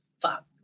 fuck